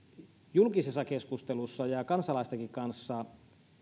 julkisessa keskustelussa ja kansalaistenkin kanssa